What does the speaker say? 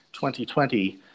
2020